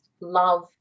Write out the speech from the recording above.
love